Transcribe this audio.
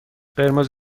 قرمز